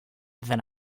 then